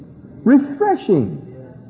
Refreshing